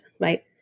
right